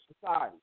society